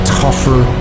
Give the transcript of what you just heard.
tougher